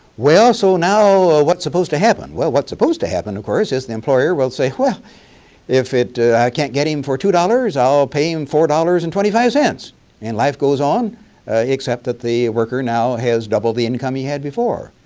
well, so now what's supposed to happen? well what's supposed to happen, of course, the employer will say well if i can't get him for two dollars i'll pay him four dollars and twenty five cents and life goes on except that the worker now has doubled the income he had before.